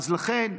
אז לכן,